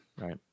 right